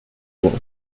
will